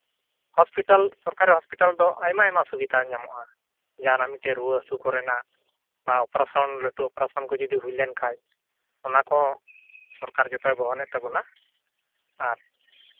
hospital ᱥᱚᱨᱠᱟᱨᱤ hospital ᱫᱚ ᱟᱭᱢᱟ ᱟᱭᱢᱟ ᱥᱩᱵᱤᱫᱷᱟ ᱧᱟᱢᱚᱜᱼᱟ ᱡᱟᱦᱟᱱᱟᱜ ᱢᱤᱫᱴᱟᱱ ᱨᱩᱣᱟᱹ ᱦᱟᱹᱥᱩ ᱠᱚᱨᱮᱱᱟᱜ ᱵᱟ ᱚᱯᱟᱨᱮᱥᱚᱱ ᱞᱟᱹᱴᱩ ᱠᱚ ᱡᱩᱫᱤ ᱦᱩᱭ ᱞᱮᱱᱠᱷᱟᱡ ᱚᱱᱟ ᱠᱚᱦᱚᱸ ᱥᱚᱨᱠᱟᱨ ᱡᱚᱛᱚᱭ ᱵᱚᱦᱚᱱᱮᱜ ᱛᱟᱵᱚᱱᱟ ᱟᱨ